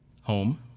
home